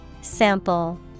Sample